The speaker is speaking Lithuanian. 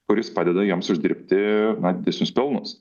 kuris padeda jiems uždirbti na didesnius pelnus